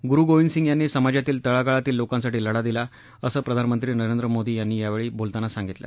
गुरु गोविंद सिंग यांनी समाजातील तळागाळातील लोकांसाठी लढा दिला असं प्रधानमंत्री नरेंद्र मोदी यांनी यावेळी बोलताना सांगितलं